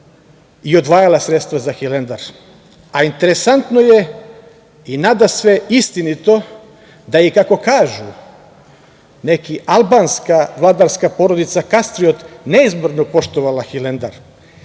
i odvajala sredstva za Hilandar, a interesantno je i nadasve istinito da je, kako kažu, neka albanska vladarska porodica Kastriot poštovala Hilandar,